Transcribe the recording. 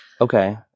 Okay